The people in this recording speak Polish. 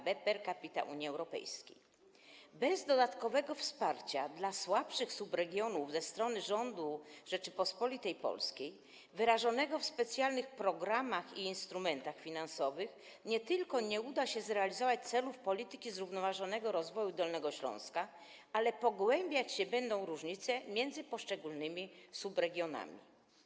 Bez dodatkowego wsparcia dla słabszych subregionów ze strony rządu Rzeczypospolitej Polskiej wyrażonego w specjalnych programach i instrumentach finansowych nie tylko nie uda się zrealizować celów polityki zrównoważonego rozwoju Dolnego Śląska, ale pogłębiać się będą różnice między poszczególnymi subregionami.